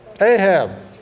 Ahab